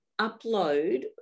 upload